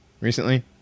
recently